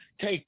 take